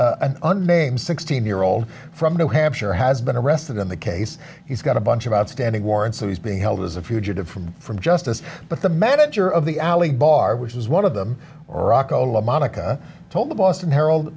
an unnamed sixteen year old from new hampshire has been arrested in the case he's got a bunch of outstanding warrants so he's being held as a fugitive from justice but the manager of the alley bar which is one of them or rocco monica told the boston herald